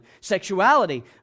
sexuality